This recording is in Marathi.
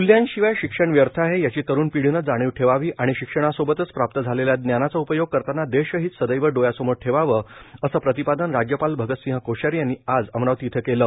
मूल्यांशिवाय शिक्षण व्यर्थ आहे याची तरुण पिढीने जाणीव ठेवावी आणि शिक्षणासोबत प्राप्त झालेल्या ज्ञानाचा उपयोग करताना देशहित सदैव डोळ्यासमोर ठेवावे असे प्रतिपादन राज्यपाल अगतसिंह कोश्यारी यांनी आज अमरावती इथं केले